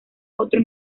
otro